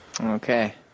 Okay